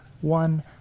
one